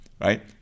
right